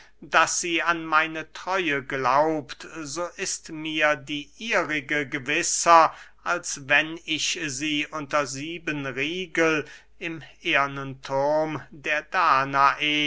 daß sie an meine treue glaubt so ist mir die ihrige gewisser als wenn ich sie unter sieben riegel im ehernen thurm der danae